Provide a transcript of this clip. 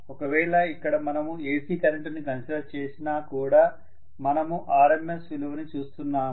ఒకవేళ ఇక్కడ మనము AC కరెంటుని కన్సిడర్ చేసినా కూడా మనము RMS విలువని చూస్తున్నాము